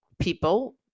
people